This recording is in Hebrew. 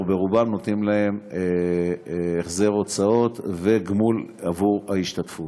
וברובם נותנים להם החזר הוצאות וגמול עבור ההשתתפות.